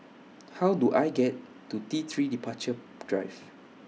How Do I get to T three Departure Drive